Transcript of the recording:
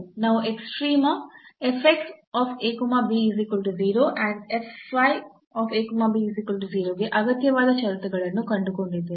ನಾವು extrema and ಗೆ ಅಗತ್ಯವಾದ ಷರತ್ತುಗಳನ್ನು ಕಂಡುಕೊಂಡಿದ್ದೇವೆ